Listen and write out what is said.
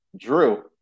Drew